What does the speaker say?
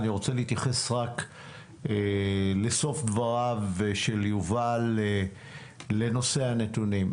אני רוצה להתייחס לסוף דברים של יובל בנושא הנתונים.